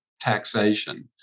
taxation